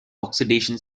oxidation